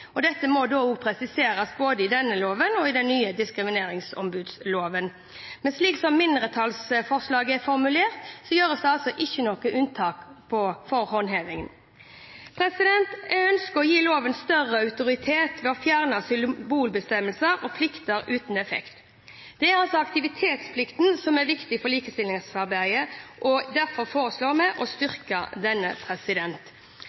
privatliv. Dette må også presiseres både i denne loven og i den nye diskrimineringsombudsloven. Slik mindretallsforslaget er formulert, gjøres det ikke noe unntak for håndhevingen. Jeg ønsker å gi loven større autoritet ved å fjerne symbolbestemmelser og plikter uten effekt. Det er aktivitetsplikten som er viktig for likestillingsarbeidet, og derfor foreslår vi å